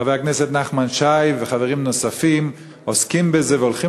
חבר הכנסת נחמן שי וחברים נוספים עוסקים בזה והולכים